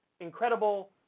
incredible